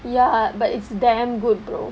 ya but it's damn good brother